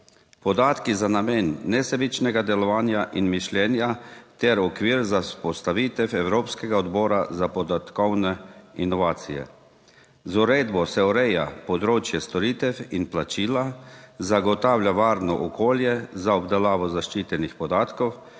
Podatki za namen nesebičnega delovanja in mišljenja ter okvir za vzpostavitev evropskega odbora za podatkovne inovacije. Z uredbo se ureja področje storitev in plačila, zagotavlja varno okolje za obdelavo zaščitenih podatkov